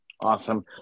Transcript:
Awesome